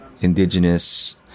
indigenous